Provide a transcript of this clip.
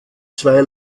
zwei